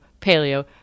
paleo